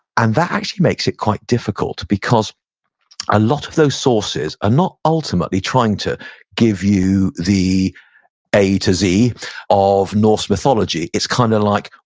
and that actually makes it quite difficult because a lot of those sources are not ultimately trying to give you the a to z of norse mythology. it's kind of like,